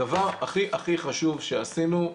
דבר הכי חשוב שעשינו,